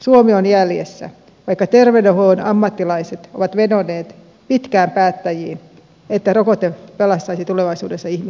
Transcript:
suomi on jäljessä vaikka terveydenhuollon ammattilaiset ovat vedonneet pitkään päättäjiin että rokote pelastaisi tulevaisuudessa ihmishenkiä